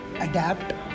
adapt